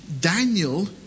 Daniel